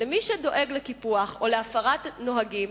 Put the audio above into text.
מי שדואג לקיפוח או להפרת נוהג,